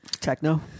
Techno